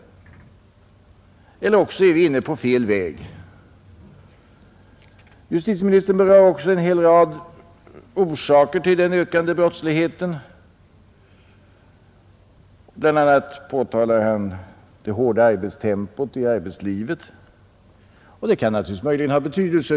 Eller också är vi inne på fel väg. Vidare nämner justitieministern en rad orsaker till den ökande brottsligheten, bl.a. det hårda tempot i arbetslivet. Jag vill inte bestrida att det kan ha betydelse.